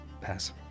Pass